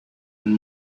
and